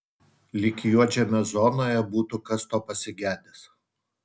lyg juodžemio zonoje būtų kas to pasigedęs